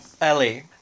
Ellie